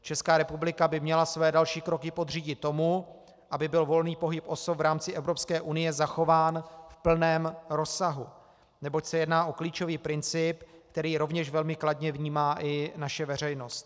Česká republika by měla své další kroky podřídit tomu, aby byl volný pohyb osob v rámci Evropské unie zachován v plném rozsahu, neboť se jedná o klíčový princip, který rovněž velmi kladně vnímá i naše veřejnost.